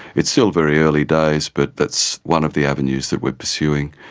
it's still very early days but that's one of the avenues that we are pursuing.